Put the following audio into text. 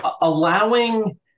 allowing